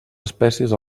espècies